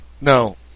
No